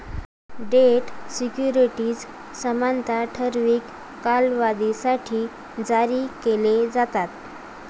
date securities सामान्यतः ठराविक कालावधीसाठी जारी केले जातात